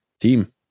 team